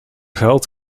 geld